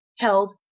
held